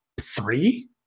three